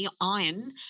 iron